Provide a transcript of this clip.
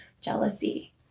jealousy